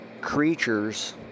creatures